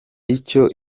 icyo